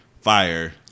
Fire